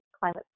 climate